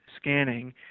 scanning